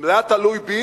אם זה היה תלוי בי,